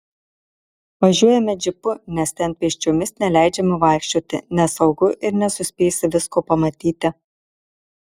važiuojame džipu nes ten pėsčiomis neleidžiama vaikščioti nesaugu ir nesuspėsi visko pamatyti